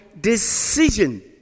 decision